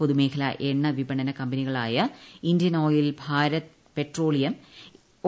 പൊതുമേഖലാ എണ്ണ വിപണന കമ്പനികളായ Indian oil Bharat petroleum O